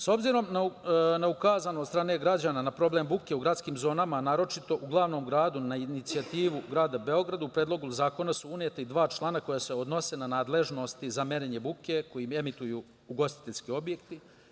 S obzirom na ukazanost od strane građana na problem buke u gradskim zonama, naročito u glavnom gradu, na inicijativu grada Beograda, u Predlog zakona su uneta i dva člana koja se odnose na nadležnosti za merenje buke koje emituju ugostiteljski objekti.